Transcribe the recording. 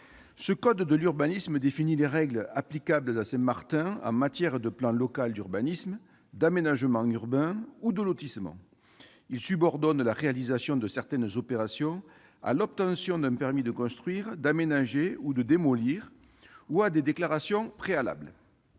Ce code de l'urbanisme définit les règles applicables à Saint-Martin en matière de plan local d'urbanisme, d'aménagement urbain ou de lotissement. Il subordonne la réalisation de certaines opérations à l'obtention d'un permis de construire, d'aménager ou de démolir, ou à des déclarations préalables.